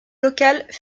locales